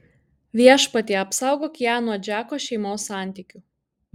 viešpatie apsaugok ją nuo džeko šeimos santykių